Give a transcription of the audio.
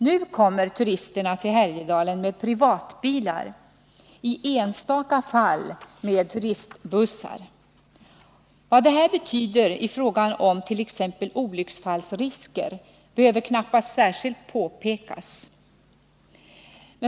Nu kommer turisterna till Härjedalen med privatbilar — i enstaka fall med turistbussar. Vad det betyder i fråga om t.ex. olycksfallsrisker behöver knappast särskilt påpekas.